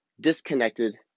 Disconnected